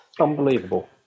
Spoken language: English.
unbelievable